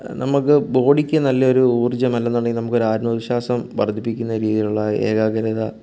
നമുക്ക് ബോഡിക്ക് നല്ലൊരു ഊർജ്ജം അല്ലെന്നുണ്ടെങ്കിൽ നമുക്ക് ഒരു ആത്മവിശ്വാസം വർധിപ്പിക്കുന്ന രീതിലുള്ള ഏകാഗ്രത